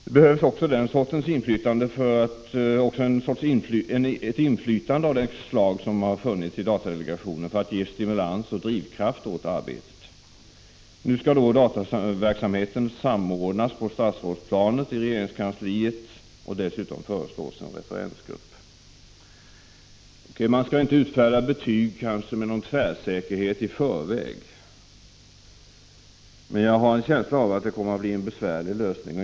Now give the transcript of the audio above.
Det behövs även ett inflytande av det slag som funnits i datadelegationen för att ge stimulans och drivkraft åt arbetet. Nu skall dataverksamheten samordnas på statsrådsplan i regeringskansliet. Dessutom föreslås en referensgrupp. Man skall kanske inte utfärda betyg med tvärsäkerhet i förväg, men jag har en känsla av att det kommer att bli en besvärlig lösning.